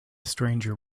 stranger